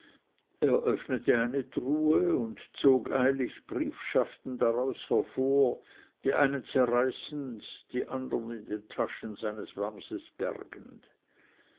öffnete eine truhe und zog eilig briefschaften daraus hervor die einen zerreißend die andern in den taschen seines wamses bergend